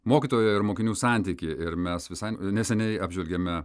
mokytojo ir mokinių santykį ir mes visai neseniai apžvelgėme